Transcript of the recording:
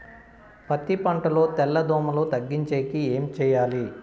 పత్తి పంటలో తెల్ల దోమల తగ్గించేకి ఏమి చేయాలి?